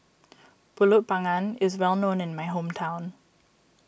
Pulut Panggang is well known in my hometown